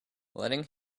letting